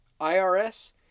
IRS